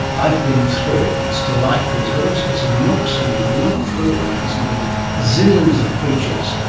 i've been through it, it's delightful, it's got all sorts of nooks nooks and you can look through and you can see these zillions of creatures,